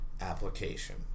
application